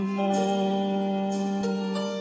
more